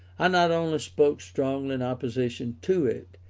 i not only spoke strongly in opposition to it,